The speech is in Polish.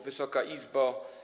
Wysoka Izbo!